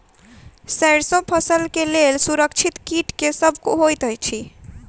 सैरसो फसल केँ लेल असुरक्षित कीट केँ सब होइत अछि?